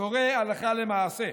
קורה הלכה למעשה,